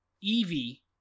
Evie